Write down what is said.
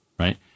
right